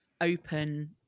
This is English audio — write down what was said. open